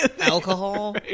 alcohol